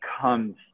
comes